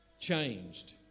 changed